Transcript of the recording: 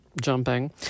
jumping